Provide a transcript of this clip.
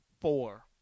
four